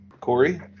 Corey